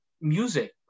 Music